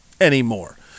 anymore